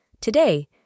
Today